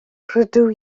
rydw